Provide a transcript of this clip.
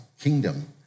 kingdom